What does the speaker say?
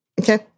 Okay